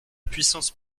puissance